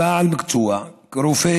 בעל מקצוע, רופא